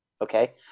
Okay